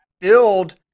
build –